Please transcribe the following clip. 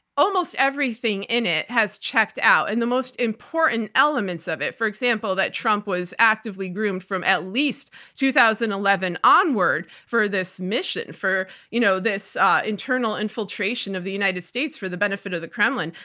almost everything in it has checked out, and the most important elements of it, for example, that trump was actively groomed from at least two thousand and eleven onward for this mission, for you know this internal infiltration of the united states for the benefit of the kremlin,